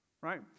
right